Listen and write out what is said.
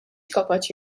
kapaċi